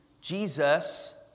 Jesus